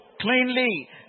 cleanly